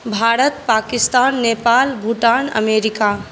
Bharat Pakistan Nepal Bhutan America